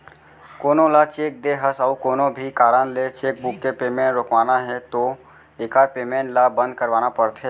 कोनो ल चेक दे हस अउ कोनो भी कारन ले चेकबूक के पेमेंट रोकवाना है तो एकर पेमेंट ल बंद करवाना परथे